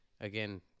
again